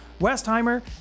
Westheimer